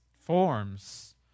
forms